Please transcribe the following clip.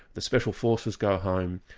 the special forces go home.